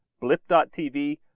blip.tv